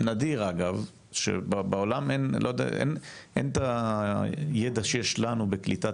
נדיר שבעולם אין את הידע שיש לנו בקליטת